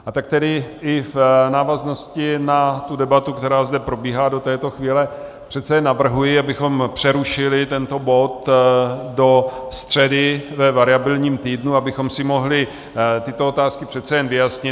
A tak tedy i v návaznosti na debatu, která zde probíhá do této chvíle, přece jen navrhuji, abychom přerušili tento bod do středy ve variabilním týdnu, abychom si mohli tyto otázky přece jen vyjasnit.